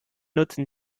nutzen